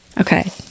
Okay